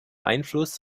einfluss